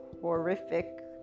horrific